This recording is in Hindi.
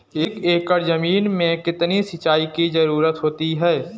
एक एकड़ ज़मीन में कितनी सिंचाई की ज़रुरत होती है?